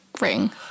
ring